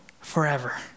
forever